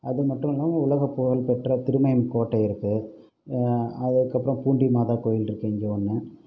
அது மட்டும் இல்லாமல் உலக புகழ் பெற்ற திருமயம் கோட்டை இருக்குது அதுக்கப்புறம் பூண்டி மாதா கோவில் இருக்குது இங்கே ஒன்று